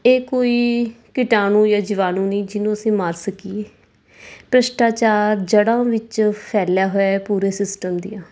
ਇਹ ਕੋਈ ਕੀਟਾਣੂ ਜਾਂ ਜੀਵਾਣੂ ਨਹੀਂ ਜਿਹਨੂੰ ਅਸੀਂ ਮਾਰ ਸਕੀਏ ਭ੍ਰਿਸ਼ਟਾਚਾਰ ਜੜ੍ਹਾਂ ਵਿੱਚ ਫੈਲਿਆ ਹੋਇਆ ਪੂਰੇ ਸਿਸਟਮ ਦੀਆਂ